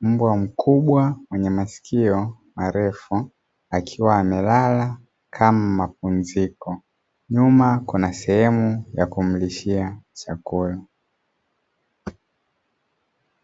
mbwa mkubwa mwenye maskio marefu akiwa amelala kama mapumziko nyuma kukiwa kuna sehemu ya kumlishia chakula.